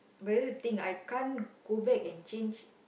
but you need to think I can't go back and change